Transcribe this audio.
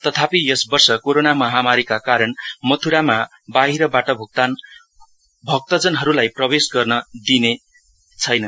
तथापियस वर्ष कोरोना महामारीका कारण मथुरामा बाहिरबाट भक्तजनहरुलाई प्रवेश गर्न दिइएन